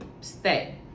stay